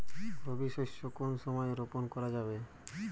রবি শস্য কোন সময় রোপন করা যাবে?